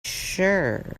sure